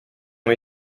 ont